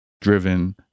driven